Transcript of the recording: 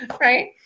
right